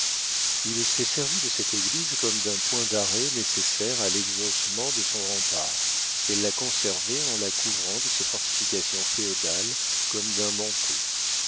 il s'est servi de cette église comme d'un point d'arrêt nécessaire à l'exhaussement de son rempart et l'a conservée en la couvrant de ses fortifications féodales comme d'un manteau